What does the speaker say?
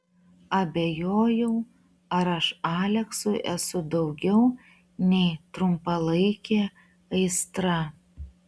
abejojau ar aš aleksui esu daugiau nei trumpalaikė aistra